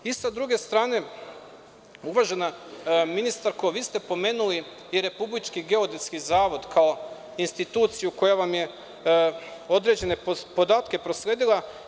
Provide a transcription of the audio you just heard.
Sa druge strane, uvažena ministarko, vi ste pomenuli i Republički geodetski zavod kao instituciju koja vam je određene podatke prosledila.